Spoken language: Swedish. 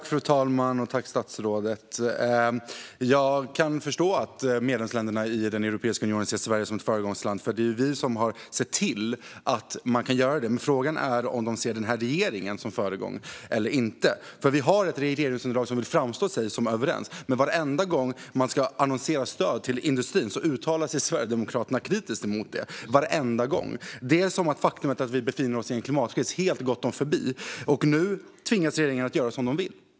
Fru talman! Jag kan förstå att medlemsländerna i Europeiska unionen ser Sverige som ett föregångsland eftersom det är vi som har sett till att de kan göra det. Men frågan är om de ser denna regering som en föregångare eller inte. Vi har ett regeringsunderlag som vill framstå som att man är överens. Men varenda gång som man ska annonsera stöd till industrin uttalar sig Sverigedemokraterna kritiskt mot detta. Det är som att det faktum att vi befinner oss i en klimatkris har gått dem förbi helt. Nu tvingas regeringen att göra som de vill.